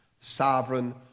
sovereign